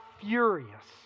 furious